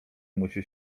musi